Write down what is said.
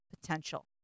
potential